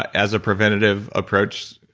as a preventative approach.